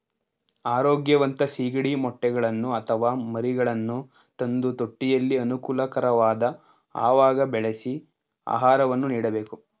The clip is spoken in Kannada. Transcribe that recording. ಆರೋಗ್ಯವಂತ ಸಿಗಡಿ ಮೊಟ್ಟೆಗಳನ್ನು ಅಥವಾ ಮರಿಗಳನ್ನು ತಂದು ತೊಟ್ಟಿಯಲ್ಲಿ ಅನುಕೂಲಕರವಾದ ಅವಾಗ ಬೆಳೆಸಿ ಆಹಾರವನ್ನು ನೀಡಬೇಕು